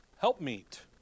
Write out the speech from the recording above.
helpmeet